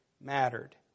mattered